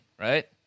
right